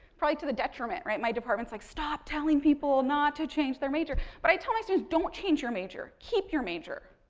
probably to the detriment, right. my department's like stop telling people not to change their major. but, i tell my students sort of don't change your major, keep your major.